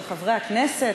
של חברי הכנסת,